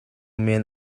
men